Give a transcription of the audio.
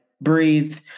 breathe